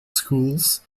schools